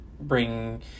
bring